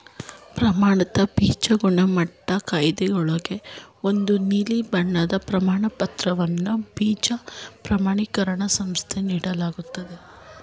ಪ್ರಮಾಣಿತ ಬೀಜ ಗುಣಮಟ್ಟ ಕಾಯ್ದುಕೊಳ್ಳಲು ಒಂದು ನೀಲಿ ಬಣ್ಣದ ಪ್ರಮಾಣಪತ್ರವನ್ನು ಬೀಜ ಪ್ರಮಾಣಿಕರಣ ಸಂಸ್ಥೆ ನೀಡಲಾಗ್ತದೆ